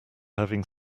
having